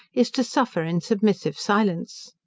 is to suffer in submissive silence.